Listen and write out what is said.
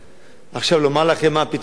עכשיו, לומר לכם מה הפתרון באמת?